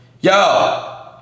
Yo